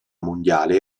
mondiale